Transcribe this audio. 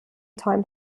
time